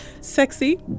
sexy